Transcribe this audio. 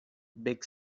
big